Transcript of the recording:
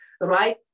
right